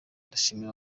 ndashimira